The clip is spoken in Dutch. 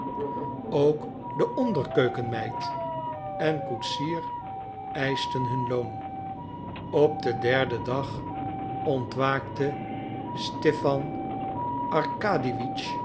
ook de onderkeukenmeid en koetsier eischten hun loon op den derden dag ontwaakte stipan